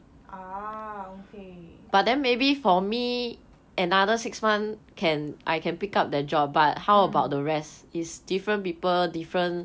ah okay